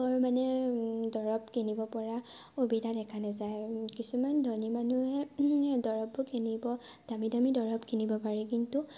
অৰ মানে দৰৱ কিনিব পৰা সুবিধা দেখা নেযায় কিছুমান ধনী মানুহে দৰৱবোৰ কিনিব দামী দামী দৰৱ কিনিব পাৰে কিন্তু